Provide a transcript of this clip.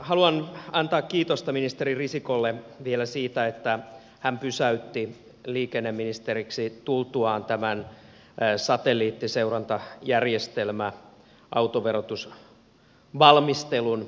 haluan antaa kiitosta ministeri risikolle vielä siitä että hän pysäytti liikenneministeriksi tultuaan tämän satelliittiseurantajärjestelmä autoverotus valmistelun